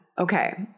Okay